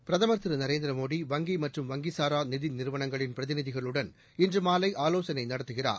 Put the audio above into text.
பிரதமர் திரு நரேந்திரமோடி வங்கி மற்றும் வங்கிசாரா நிதி நிறுவனங்களின் பிரதிநிதிகளுடன் இன்று மாலை ஆலோசனை நடத்துகிறார்